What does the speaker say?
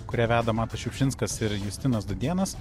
kurią veda matas šiupšinskas ir justinas dudėnas